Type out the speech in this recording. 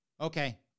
okay